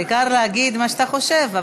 העיקר להגיד מה שאתה חושב,